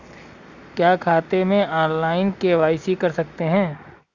क्या खाते में ऑनलाइन के.वाई.सी कर सकते हैं?